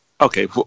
Okay